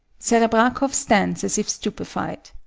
serebrakoff stands as if stupefied.